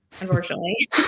unfortunately